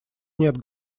нет